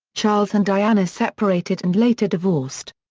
charles and diana separated and later divorced.